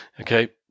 okay